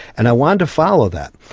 and i wanted to follow that.